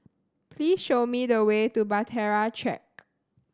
please show me the way to Bahtera Track